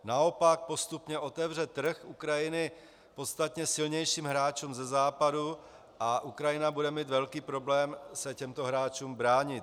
Naopak postupně otevře trh Ukrajiny podstatně silnějším hráčům ze Západu a Ukrajina bude mít velký problém se těmto hráčům bránit.